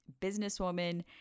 businesswoman